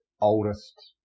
oldest